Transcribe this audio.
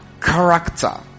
character